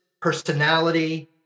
personality